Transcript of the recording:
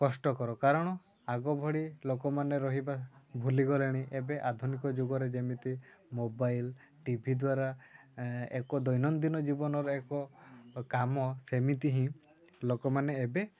କଷ୍ଟକର କାରଣ ଆଗଭଳି ଲୋକମାନେ ରହିବା ଭୁଲିଗଲେଣି ଏବେ ଆଧୁନିକ ଯୁଗରେ ଯେମିତି ମୋବାଇଲ୍ ଟିଭି ଦ୍ୱାରା ଏକ ଦୈନନ୍ଦିନ ଜୀବନର ଏକ କାମ ସେମିତି ହିଁ ଲୋକମାନେ ଏବେ